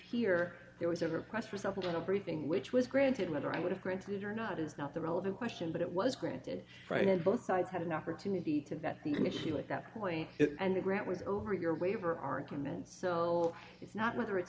here there was a request for example in a briefing which was granted whether i would have granted or not is not the relevant question but it was granted right in both sides had an opportunity to that the commission at that point and the grant was over your waiver argument so it's not whether it's